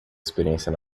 experiência